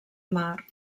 mar